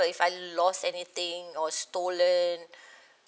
if I lost anything or stolen